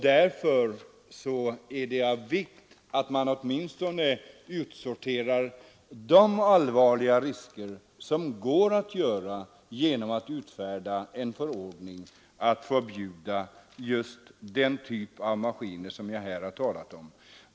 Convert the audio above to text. Därför är det av vikt att man åtminstone utsorterar de allvarliga risker som går att eliminera genom att utfärda en förordning, som gör det möjligt att förbjuda just den typ av maskiner som jag har talat om.